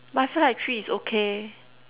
but I feel like three is okay